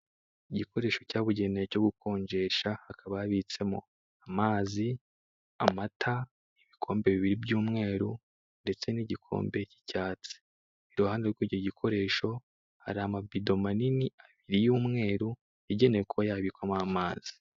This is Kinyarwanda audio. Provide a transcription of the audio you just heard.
Igikoresho cyabugenewe cyo gukonjesha hakaba habitsemo amazi, amata, ibikombe bibiri by'umweru ndetse n'igikombe cy'icyatsi. Iruhande rw'icyo gikoresho hari amabido manini y'umweru yagenewe kuba yabikwamo amazi.